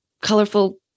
colorful